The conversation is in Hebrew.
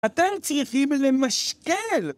אתה צריכים למשקל!